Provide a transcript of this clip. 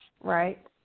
right